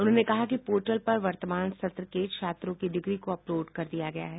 उन्होंने कहा कि पोर्टल पर वर्तमान सत्र के छात्रों की डिग्री को अपलोड कर दिया गया है